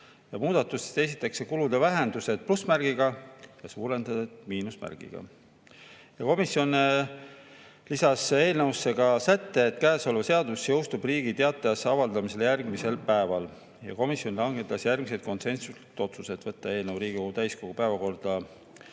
Muudatuses esitatakse kulude vähendused plussmärgiga ja suurendused miinusmärgiga. Komisjon lisas eelnõusse ka sätte, et käesolev seadus jõustub Riigi Teatajas avaldamisele järgneval päeval. Komisjon langetas järgmised konsensuslikud otsused: võtta eelnõu Riigikogu täiskogu päevakorda